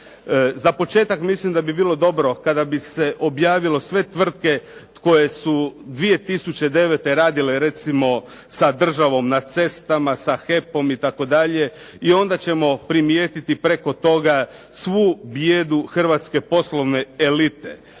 Za početak mislim da bi bilo dobro kada bi se objavilo sve tvrtke koje su 2009. radile recimo sa državom na cestama, sa HEP-om itd., i onda ćemo primijetiti preko toga svu bijedu hrvatske poslovne elite.